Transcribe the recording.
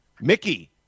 Mickey